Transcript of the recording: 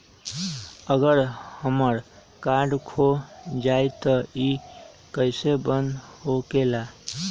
अगर हमर कार्ड खो जाई त इ कईसे बंद होकेला?